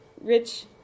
rich